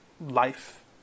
life